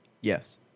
Yes